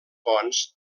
fonts